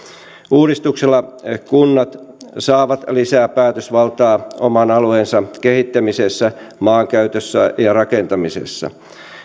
uudistuksella kunnat saavat lisää päätösvaltaa oman alueensa kehittämisessä maankäytössä ja rakentamisessa